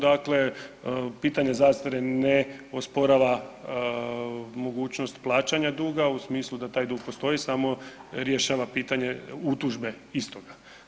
Dakle, pitanje zastare ne osporava mogućnost plaćanja duga u smislu da taj dug postoji samo rješava pitanje utužbe istog.